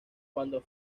cuando